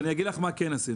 אבל אני אגיד לך מה כן עשינו.